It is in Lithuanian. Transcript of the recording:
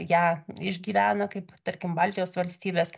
ją išgyvena kaip tarkim baltijos valstybės